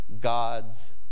God's